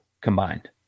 combined